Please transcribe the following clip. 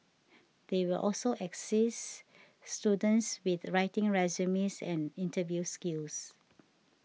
they will also assist students with writing resumes and interview skills